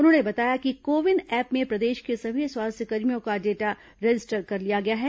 उन्होंने बताया कि को विन ऐप में प्रदेश के सभी स्वास्थ्यकर्मियों का डाटा रजिस्टर्ड कर लिया गया है